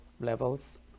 levels